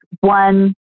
One